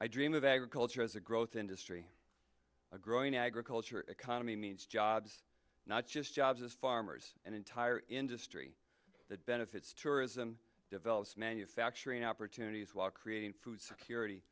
i dream of agriculture as a growth industry a growing agriculture economy means jobs not just jobs as farmers an entire industry that benefits tourism develops manufacturing opportunities while creating food security